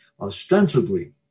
ostensibly